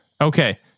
Okay